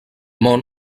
món